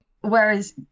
Whereas